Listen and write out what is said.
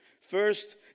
First